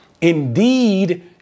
Indeed